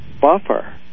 buffer